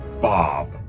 Bob